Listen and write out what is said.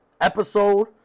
episode